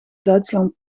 duitsland